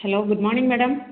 hello good morning madam